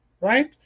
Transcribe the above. right